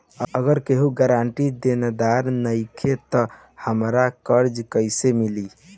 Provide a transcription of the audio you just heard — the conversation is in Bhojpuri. अगर कोई गारंटी देनदार नईखे त हमरा कर्जा कैसे मिली?